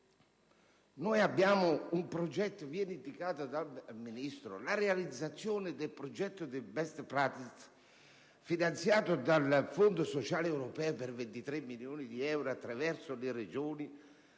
abbiamo un progetto, e viene indicata dal Ministro la realizzazione del progetto del *best practice* finanziato dal Fondo sociale europeo per 23 milioni di euro attraverso le Regioni